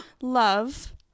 love